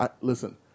listen